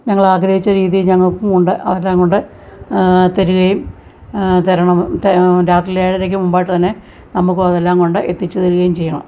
ഞങ്ങളാഗ്രഹിച്ച രീതിയിൽ ഞങ്ങൾക്കുമുണ്ട് ആഹാരം കൊണ്ട് തരികയും തരണം തെ രാത്രിയിലേഴരയ്ക്ക് മുമ്പായിട്ടു തന്നെ നമുക്കതെല്ലാം കൊണ്ട് എത്തിച്ചു തരികയും ചെയ്യണം